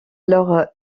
alors